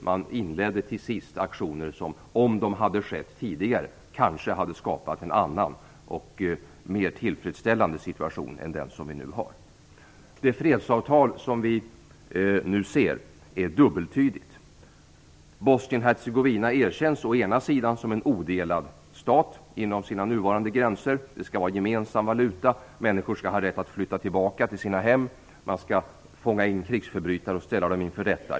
Man inledde till sist aktioner som, om de hade inletts tidigare, kanske hade skapat en annan och mer tillfredsställande situation än den vi nu har. Det fredsavtal som vi nu ser är dubbeltydigt. Å ena sidan erkänns Bosnien-Hercegovina som en odelad stat inom sina nuvarande gränser. Vidare skall det vara en gemensam valuta. Människor skall ha rätt att flytta tillbaka till sina hem. Man skall fånga in krigsförbrytare och ställa dem inför rätta.